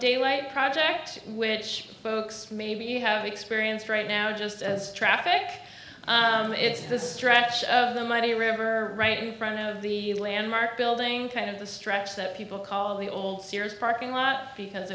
daylight project which folks maybe you have experienced right now just as traffic it's the stretch of the mighty river right in front of the landmark building kind of the stretch that people call the old sears parking lot because